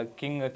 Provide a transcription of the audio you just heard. king